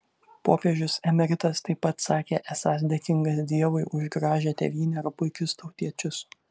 popiežius emeritas taip pat sakė esąs dėkingas dievui už gražią tėvynę ir puikius tautiečius